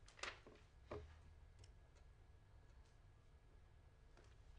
קשה לנו עדיין לראות את היציאה החוצה,